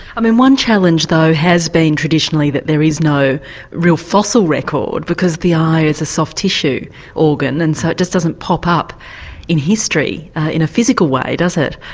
um one challenge, though, has been traditionally that there is no real fossil record because the eye is a soft tissue organ, and so it just doesn't pop up in history in a physical way, does it.